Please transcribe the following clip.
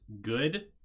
good